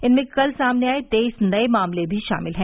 इनमें कल सामने आए तेईस नए मामले भी शामिल हैं